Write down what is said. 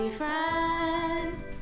friends